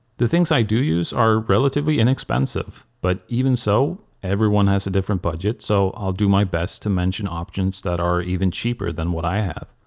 the things i do use are relatively inexpensive. but even so everyone has a different budget so i'll do my best to mention options that are even cheaper than what i have.